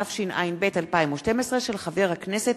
התשע"ב 2012, של חבר הכנסת